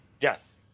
Yes